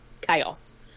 chaos